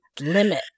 limit